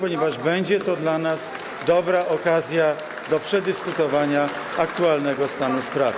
ponieważ będzie to dla nas dobra okazja do przedyskutowania aktualnego stanu sprawy.